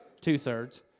Two-thirds